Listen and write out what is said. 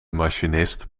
machinist